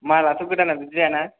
माल आथ' गोदाना बिदि जायाना